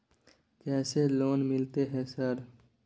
कैसे लोन मिलते है सर?